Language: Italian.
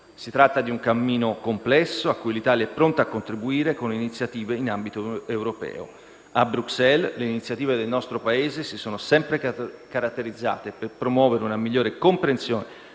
Si tratta di un cammino complesso, cui 1'Italia è pronta a contribuire con iniziative in ambito europeo. A Bruxelles le iniziative del nostro Paese si sono sempre caratterizzate per promuovere una migliore comprensione